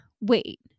wait